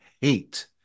hate